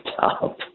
top